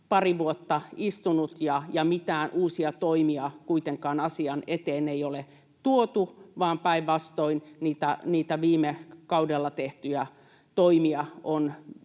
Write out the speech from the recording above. pari vuotta istunut ja mitään uusia toimia kuitenkaan asian eteen ei ole tuotu, vaan päinvastoin niitä viime kaudella tehtyjä toimia on